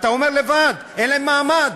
אתה עצמך אומר: אין להם מעמד.